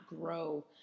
grow